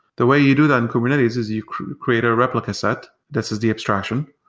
the way you do that in kubernetes is you create create a replica set. this is the abstraction.